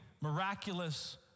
miraculous